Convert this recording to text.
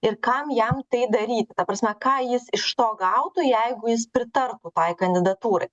ir kam jam tai daryti ta prasme ką jis iš to gautų jeigu jis pritartų tai kandidatūrai